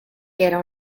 era